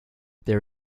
there